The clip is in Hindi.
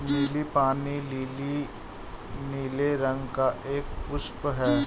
नीला पानी लीली नीले रंग का एक पुष्प है